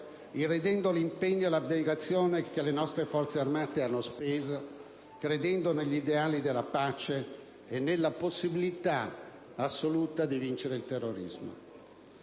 irridendo l'impegno e l'abnegazione che le nostre Forze armate hanno speso credendo negli ideali della pace e nella possibilità assoluta di vincere il terrorismo.